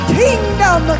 kingdom